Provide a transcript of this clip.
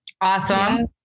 Awesome